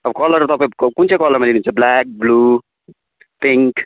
अब कलर तपाईँको कुन चाहिँ कलरमा लिनुहुन्छ ब्ल्याक ब्लु पिङ्क